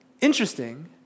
Interesting